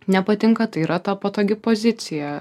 nepatinka tai yra ta patogi pozicija